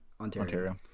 Ontario